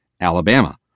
Alabama